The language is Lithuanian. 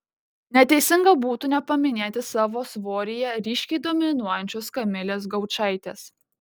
neteisinga būtų nepaminėti savo svoryje ryškiai dominuojančios kamilės gaučaitės